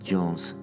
Jones